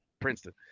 Princeton